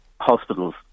hospitals